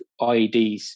IEDs